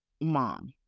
mom